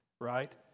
right